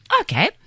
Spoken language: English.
Okay